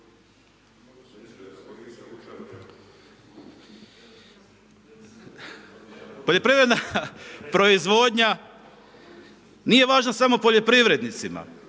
Poljoprivredna proizvodnja nije važna samo poljoprivrednicima